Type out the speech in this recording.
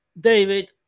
David